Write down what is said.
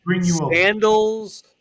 sandals